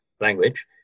language